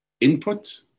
input